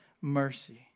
mercy